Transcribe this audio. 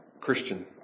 Christian